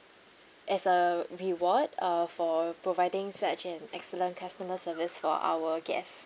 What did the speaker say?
as a reward uh for providing such an excellent customer service for our guest